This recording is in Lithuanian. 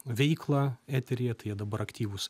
veiklą eteryje tai jie dabar aktyvūs